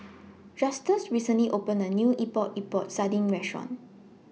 Justus recently opened A New Epok Epok Sardin Restaurant